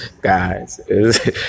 Guys